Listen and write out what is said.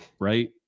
right